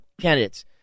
candidates